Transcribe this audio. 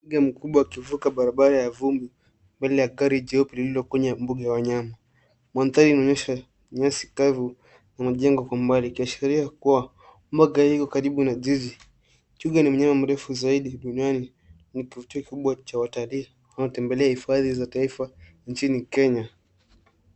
Twiga mkubwa akivuka barabara ya vumbi mbele ya gari jeupe lililo kwenye mbuga la wanyama. Mandhari inaonyesha nyasi kavu na majengo kwa umbali ikiashiria kuwa mbuga hii iko karibu na jiji. Twiga ni mnyama mrefu zaidi duniani na ni kivutio kikubwa cha watalii wanaotembelea hifadhi za taifa nchini Kenya.